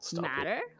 matter